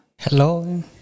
Hello